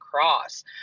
cross